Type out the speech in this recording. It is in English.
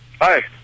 Hi